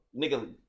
nigga-